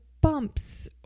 bumps